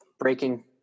breaking